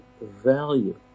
value